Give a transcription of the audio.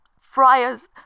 Friars